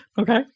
okay